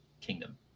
kingdom